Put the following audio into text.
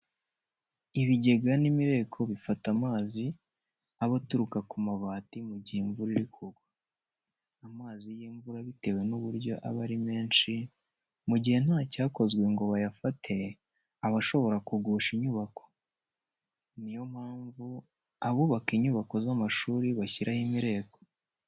Ibigega n'imireko bifata amazi aba aturuka ku mabati mu gihe imvura iri kugwa. Amazi y'imvura bitewe n'uburyo aba ari menshi, mu gihe nta cyakozwe ngo bayafate, aba ashobora kugusha inyubako. Ni yo mpamvu abubaka inyubako z'amashuri bashyiraho imireko.